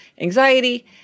anxiety